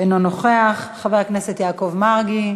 אינו נוכח, חבר הכנסת יעקב מרגי,